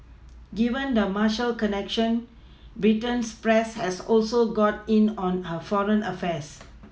given the marital connection Britain's press has also got in on her foreign affairs